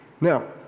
Now